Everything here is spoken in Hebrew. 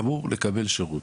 אמור לקבל שירות.